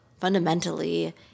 fundamentally